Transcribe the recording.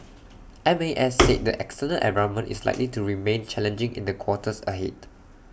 M A S said the external environment is likely to remain challenging in the quarters ahead